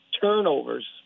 turnovers